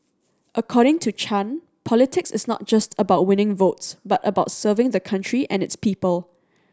according to Chan politics is not just about winning votes but about serving the country and its people